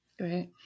Right